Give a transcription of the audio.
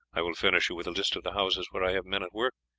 i will furnish you with a list of the houses where i have men at work,